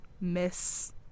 Miss